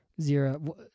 Zero